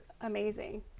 amazing